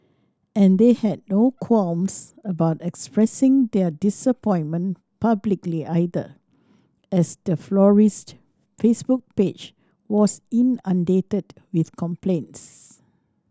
and they had no qualms about expressing their disappointment publicly either as the florist's Facebook page was inundated with complaints